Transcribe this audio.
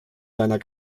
seiner